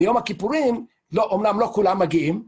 ביום הכיפורים, לא, אמנם לא כולם מגיעים.